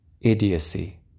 Idiocy